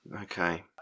Okay